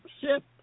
ship